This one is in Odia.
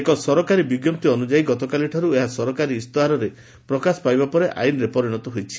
ଏକ ସରକାରୀ ବିଜ୍ଞପ୍ତି ଅନୁଯାୟୀ ଗତକାଲିଠାରୁ ଏହା ସରକାରୀ ଇସ୍ତାହାରରେ ପ୍ରକାଶ ପାଇବା ପରେ ଆଇନରେ ପରିଣତ ହୋଇଛି